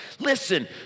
listen